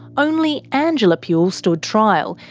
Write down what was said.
only angela puhle stood trial,